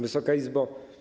Wysoka Izbo!